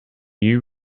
you